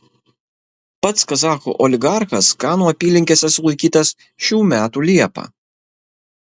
pats kazachų oligarchas kanų apylinkėse sulaikytas šių metų liepą